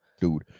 Dude